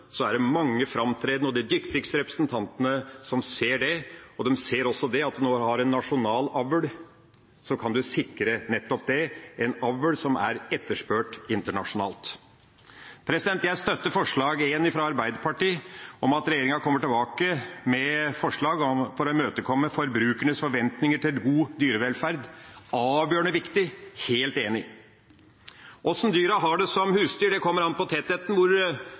er det mange framtredende og dyktige representanter som ser det, og de ser også det at når en har en nasjonal avl, kan en sikre nettopp det – en avl som er etterspurt internasjonalt. Jeg støtter forslag nummer 1, fra Arbeiderpartiet, om at regjeringa kommer tilbake med forslag for å imøtekomme forbrukernes forventninger til god dyrevelferd. Det er avgjørende viktig – helt enig. Hvordan dyra har det som husdyr, kommer an på tettheten, hvor